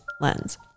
lens